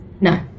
No